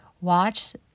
watch